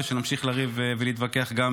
ושנמשיך לריב ולהתווכח גם